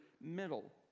middle